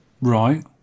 Right